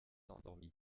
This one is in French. endormie